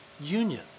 union